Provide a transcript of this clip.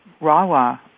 RAWA